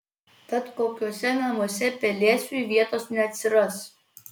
tad kokiuose namuose pelėsiui vietos neatsiras